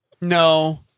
No